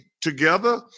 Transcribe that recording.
together